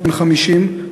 בן 50,